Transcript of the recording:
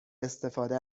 استفاده